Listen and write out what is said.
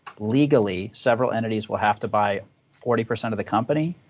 legally, several entities will have to buy forty percent of the company,